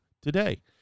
today